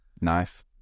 Nice